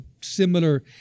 similar